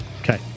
Okay